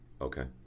Okay